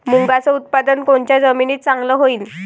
मुंगाचं उत्पादन कोनच्या जमीनीत चांगलं होईन?